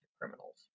criminals